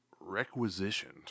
requisitioned